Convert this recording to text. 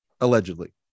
Allegedly